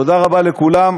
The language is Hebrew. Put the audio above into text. תודה רבה לכולם,